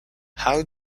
how